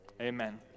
amen